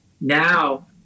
Now